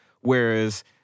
whereas